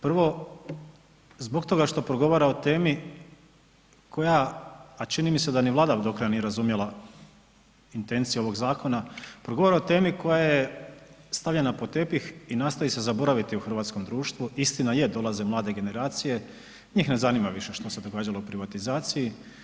Prvo, zbog toga što progovara o temi koja, a čini mi se da ni Vlada do kraja nije razumjela intenciju ovog zakona, progovara o temi koja je stavljena pod tepih i nastoji se zaboraviti u hrvatskom društvu, istina je, dolaze mlade generacije, njih ne zanima više što se događalo u privatizaciji.